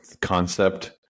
concept